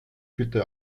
bitte